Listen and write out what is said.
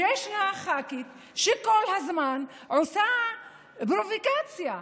שישנה ח"כית שכל הזמן עושה פרובוקציה,